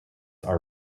are